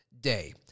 day